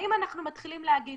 האם אנחנו מתחילים להגיד,